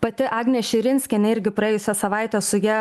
pati agnė širinskienė irgi praėjusią savaitę su ja